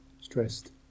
stressed